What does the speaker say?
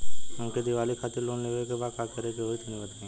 हमके दीवाली खातिर लोन लेवे के बा का करे के होई तनि बताई?